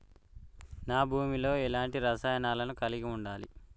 నా భూమి లో ఎలాంటి రసాయనాలను కలిగి ఉండాలి?